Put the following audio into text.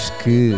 que